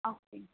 okay